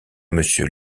monsieur